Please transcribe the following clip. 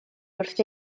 wrth